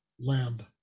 land